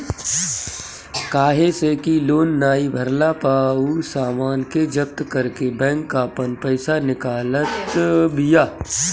काहे से कि लोन नाइ भरला पअ उ सामान के जब्त करके बैंक आपन पईसा निकालत बिया